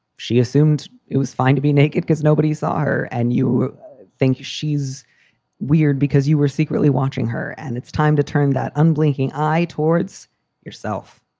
she assumed it was fine to be naked because nobody saw her. and you think she's weird because you were secretly watching her and it's time to turn that unblinking eye towards yourself.